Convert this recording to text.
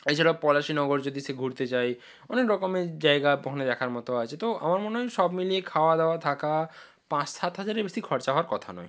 এছাড়াও পলাশীনগর যদি সে ঘুরতে যায় অনেক রকমের জায়গা ওখানে দেখার মতো আছে তো আমার মনে হয় সব মিলিয়ে খাওয়া দাওয়া থাকা পাঁচ সাত হাজারের বেশি খরচা হওয়ার কথা নয়